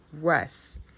rest